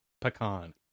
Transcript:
pecan